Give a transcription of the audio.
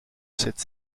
cette